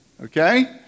Okay